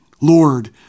Lord